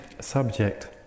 subject